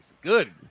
Good